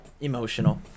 emotional